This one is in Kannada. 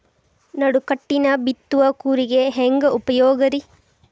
ನಡುಕಟ್ಟಿನ ಬಿತ್ತುವ ಕೂರಿಗೆ ಹೆಂಗ್ ಉಪಯೋಗ ರಿ?